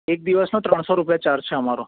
એક દિવસનો ત્રણસો રૂપિયા ચાર્જ છે અમારો